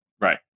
Right